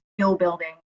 skill-building